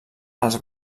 als